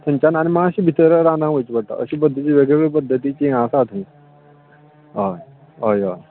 थंयच्यान आनी मात्शें भितर रानान वयचें पडटा अशे पद्दतीन वेगवेगळे पद्दतीचें हें आसात थंय हय हय हय